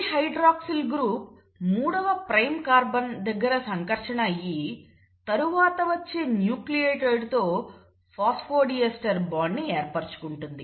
ఈ hydroxyl group మూడవ prime carbon దగ్గర సంకర్షణ అయ్యి తరువాత వచ్చే న్యూక్లియోటైడ్ తో ఫాస్ఫోడీస్టర్ బాండ్ ని ఏర్పరచుకుంటుంది